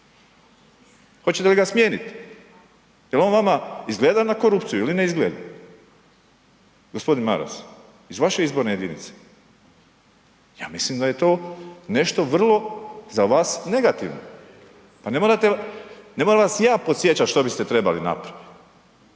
Hoćete li ga smijeniti? On vama izgleda na korupciju ili ne izgleda? Gospodin Maras, iz vaše izborne jedinice. Ja mislim da je to nešto vrlo za vas negativno. Pa ne moram vas ja podsjećati što biste trebali napraviti.